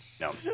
No